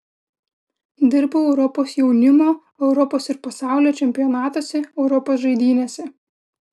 dirbau europos jaunimo europos ir pasaulio čempionatuose europos žaidynėse